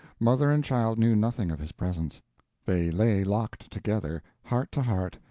mother and child knew nothing of his presence they lay locked together, heart to heart,